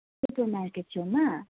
super market छेउमा